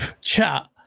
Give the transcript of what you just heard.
chat